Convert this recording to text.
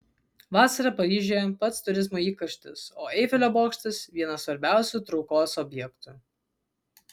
vasarą paryžiuje pats turizmo įkarštis o eifelio bokštas vienas svarbiausių traukos objektų